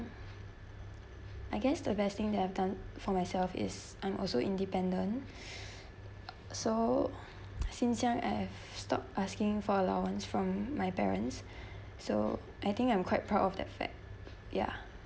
I guess the best thing that I've done for myself is I'm also independent so since young I have stopped asking for allowance from my parents so I think I'm quite proud of that fact ya